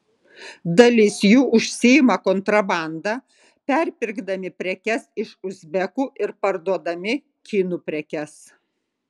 dalis jų užsiima kontrabanda perpirkdami prekes iš uzbekų ir parduodami kinų prekes